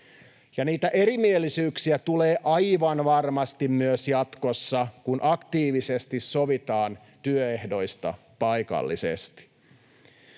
niitä erimielisyyksiä tulee aivan varmasti myös jatkossa, kun aktiivisesti sovitaan työehdoista paikallisesti.